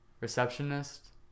receptionist